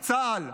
צה"ל.